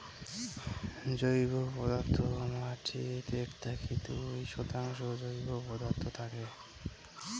জৈব পদার্থ মাটিত এক থাকি দুই শতাংশ জৈব পদার্থ থাকে